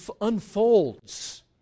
unfolds